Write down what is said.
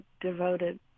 devoted